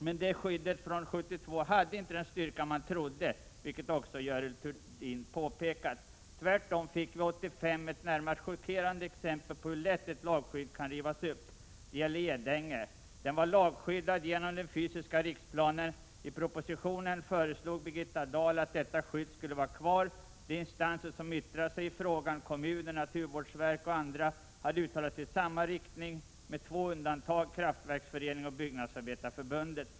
Men detta skydd från 1972 hade inte den styrka som man trodde att det skulle ha, vilket också Görel Thurdin påpekat. Tvärtom gavs 1985 ett närmast chockerande exempel på hur lätt ett lagskydd kan rivas upp. Det gäller Edängeforsen. Denna var lagskyddad genom den fysiska riksplanen. I en proposition föreslog Birgitta Dahl att detta skydd skulle vara kvar. De instanser som har yttrat sig i frågan — kommuner, naturvårdsverket, organisationer och andra — hade uttalat sig i samma riktning. Det fanns dock två undantag: Svenska kraftverksföreningen och Svenska byggnadsarbetareförbundet.